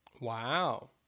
Wow